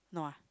no ah